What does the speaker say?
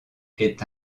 est